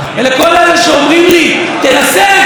ולכל אלה שאומרים לי: תנסה,